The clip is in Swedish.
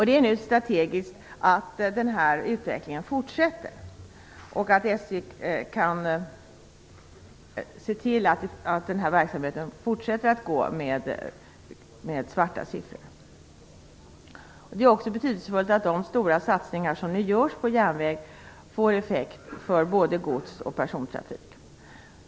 Det är strategiskt viktigt att denna utveckling fortsätter och att SJ ser till att verksamheten fortsätter att ge svarta resultatsiffror. Det är också betydelsefullt att de satsningar som nu görs på järnvägen får effekt för både gods och persontrafik.